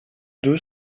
deux